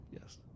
yes